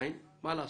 מה לעשות,